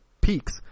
peaks